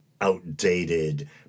outdated